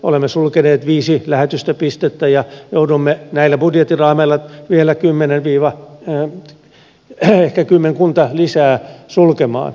olemme sulkeneet viisi lähetystöpistettä ja joudumme näillä budjettiraameilla vielä ehkä kymmenkunta lisää sulkemaan